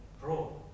Pro